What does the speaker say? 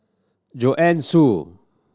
Joanne Soo